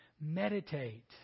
Meditate